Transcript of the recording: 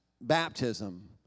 baptism